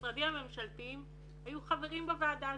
המשרדים הממשלתיים היו חברים בוועדה,